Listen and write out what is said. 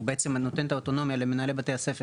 הוא נותן את האוטונומיה למנהלי בתי הספר